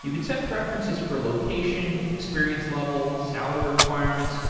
you can set preferences for location, experience level, salary requirements